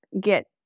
get